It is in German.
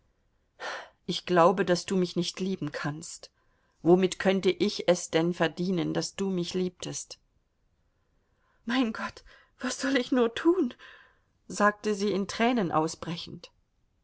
ich glaube daß du mich nicht lieben kannst womit könnte ich es denn verdienen daß du mich liebtest mein gott was soll ich nur tun sagte sie in tränen ausbrechend